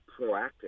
proactive